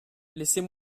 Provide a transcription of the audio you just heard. laissez